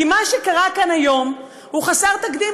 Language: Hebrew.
מה שקרה כאן היום הוא חסר תקדים,